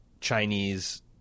chinese